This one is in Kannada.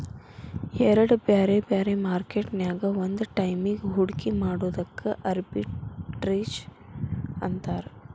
ಎರಡ್ ಬ್ಯಾರೆ ಬ್ಯಾರೆ ಮಾರ್ಕೆಟ್ ನ್ಯಾಗ್ ಒಂದ ಟೈಮಿಗ್ ಹೂಡ್ಕಿ ಮಾಡೊದಕ್ಕ ಆರ್ಬಿಟ್ರೇಜ್ ಅಂತಾರ